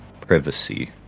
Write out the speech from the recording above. privacy